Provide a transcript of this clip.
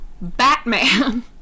Batman